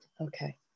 okay